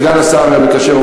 סגן השר המקשר,